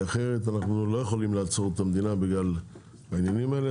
אנחנו לא יכולים לעצור את המדינה בגלל העניינים האלה.